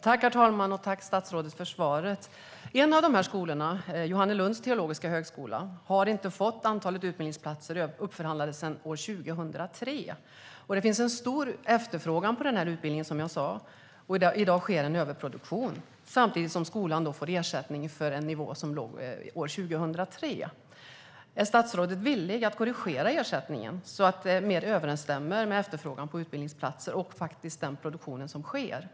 Herr talman! Tack, statsrådet, för svaret! En av de här skolorna, Johannelunds teologiska högskola, har inte fått antalet utbildningsplatser uppförhandlade sedan 2003. Som jag sa finns det en stor efterfrågan på den här utbildningen. I dag sker en överproduktion, samtidigt som skolan får ersättning för en nivå från 2003. Är statsrådet villig att korrigera ersättningen så att den mer överensstämmer med efterfrågan på utbildningsplatser och den produktion som faktiskt sker?